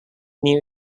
new